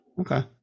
Okay